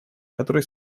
которые